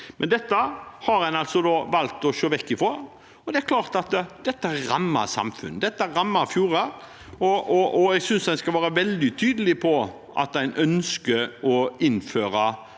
Dette har en altså valgt å se vekk fra, og det er klart at dette rammer samfunnene, det rammer fjordene, og jeg synes en skal være veldig tydelig på at en ønsker å støtte